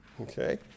okay